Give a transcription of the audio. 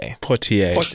Portier